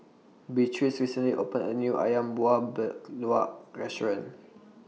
Beatrice recently opened A New Ayam Buah Keluak Restaurant